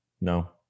No